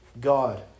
God